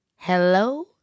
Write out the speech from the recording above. Hello